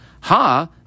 Ha